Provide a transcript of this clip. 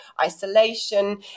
isolation